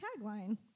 tagline